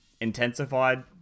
intensified